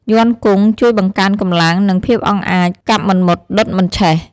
យ័ន្តគង់ ជួយបង្កើនកម្លាំង និងភាពអង់អាច កាប់មិនមុត ដុតមិនឆេះ។